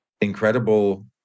incredible